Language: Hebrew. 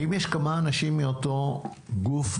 אם יש כמה אנשים מאותו גוף,